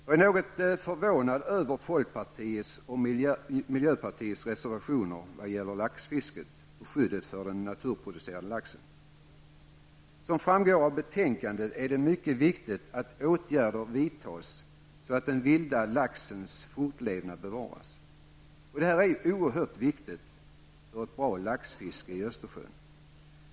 Jag är något förvånad över folkpartiets och miljöpartiets reservationer vad gäller laxfisket och skyddet för den naturproducerade laxen. Som framgår av betänkandet är det mycket viktigt att åtgärder vidtas för att bevara den vilda laxens fortlevnad. Detta är oerhört viktigt för ett bra laxfiske i Östersjön.